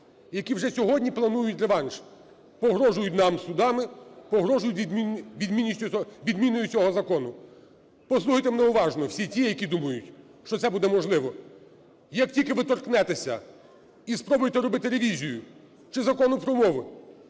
які вже сьогодні планують реванш, погрожують нам судами, погрожують відміною цього закону. Послухайте мене уважно всі ті, які думають, що це буде можливо. Як тільки ви торкнетеся і спробуєте робити ревізію чи Закону про мову,